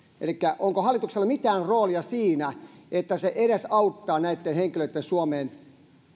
elikkä onko hallituksella mitään roolia siinä että se edesauttaa näitten henkilöitten suomeen